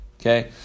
Okay